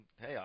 hey